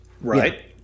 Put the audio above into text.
Right